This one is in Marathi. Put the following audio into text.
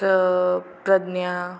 प्र प्रज्ञा